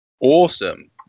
Awesome